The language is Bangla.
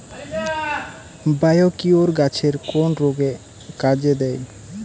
বায়োকিওর গাছের কোন রোগে কাজেদেয়?